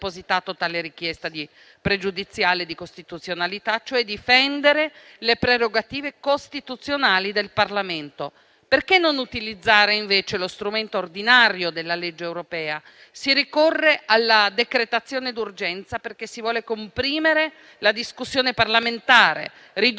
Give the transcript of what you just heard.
tale richiesta di pregiudiziale di costituzionalità, difendendo le prerogative costituzionali del Parlamento. Perché non utilizzare invece lo strumento ordinario della legge europea? Si ricorre alla decretazione d'urgenza perché si vuole comprimere la discussione parlamentare, ridurre